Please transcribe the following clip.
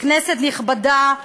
כנסת נכבדה,